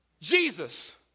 Jesus